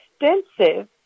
extensive